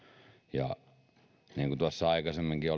niin kuin tuossa aikaisemminkin